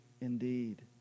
indeed